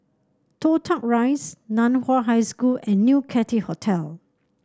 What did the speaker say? Toh Tuck Rise Nan Hua High School and New Cathay Hotel